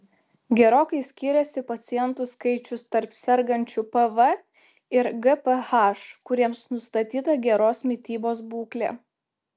gerokai skyrėsi pacientų skaičius tarp sergančių pv ir gph kuriems nustatyta geros mitybos būklė